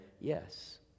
yes